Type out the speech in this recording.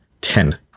ten